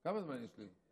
כמה זמן יש לי?